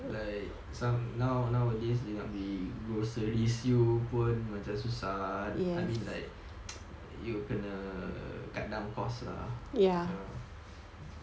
like some now nowadays you nak beli groceries you pun macam susah I mean like you kena err cut down cost lah